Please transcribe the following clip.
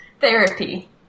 Therapy